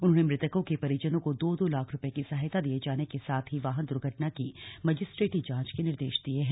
उन्होंने मृतकों के परिजनों को दो दो लाख रूपये की सहायता दिए जाने के साथ ही वाहन दुर्घटना की मजिस्ट्रिटी जांच के निर्देश दिये हैं